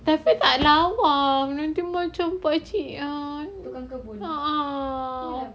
tapi tak lawa nanti macam pakcik err a'ah